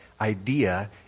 idea